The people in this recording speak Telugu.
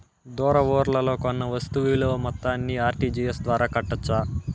దూర ఊర్లలో కొన్న వస్తు విలువ మొత్తాన్ని ఆర్.టి.జి.ఎస్ ద్వారా కట్టొచ్చా?